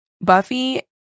Buffy